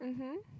mmhmm